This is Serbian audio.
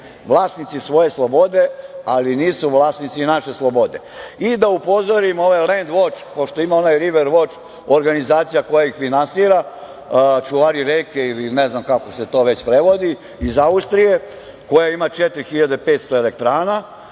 vlasnici svoje slobode, ali nisu vlasnici naše slobode.I da upozorim ove „Lend voč“, pošto ima ona „River voč“ organizacija koja ih finansira, čuvari reke, ili ne znam kako se to već prevodi, iz Austrije, koja ima 4500 elektrana,